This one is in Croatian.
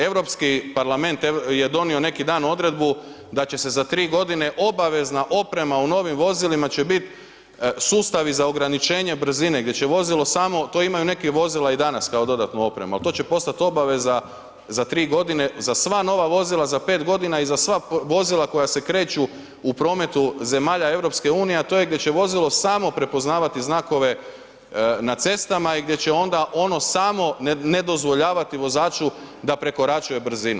Europski parlament je donio neki dan odredbu da će se za 3.g. obavezna oprema u novim vozilima će bit sustavi za ograničenje brzine gdje će vozilo samo, to imaju neki vozila i danas kao dodatnu opremu, al to će postat obaveza za 3.g. za sva nova vozila, za 5.g. i za sva vozila koja se kreću u prometu zemalja EU, a to je gdje će vozilo samo prepoznavati znakove na cestama i gdje će onda ono samo ne dozvoljavati vozaču da prekoračuje brzinu.